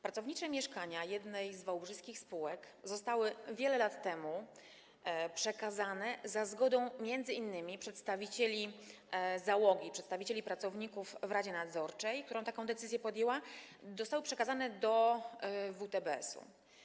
Pracownicze mieszkania jednej z wałbrzyskich spółek zostały wiele lat temu przekazane za zgodą m.in. przedstawicieli załogi, przedstawicieli pracowników w radzie nadzorczej, która taką decyzję podjęła, do WTBS-u.